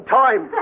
time